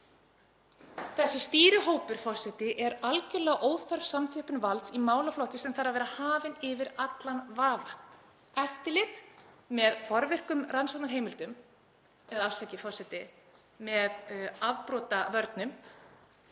Þessi stýrihópur, forseti, er algjörlega óþörf samþjöppun valds í málaflokki sem þarf að vera hafinn yfir allan vafa. Eftirlit með forvirkum rannsóknarheimildum, afsakið, forseti, með afbrotavörnum,